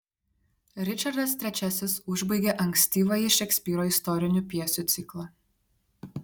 ričardas iii užbaigia ankstyvąjį šekspyro istorinių pjesių ciklą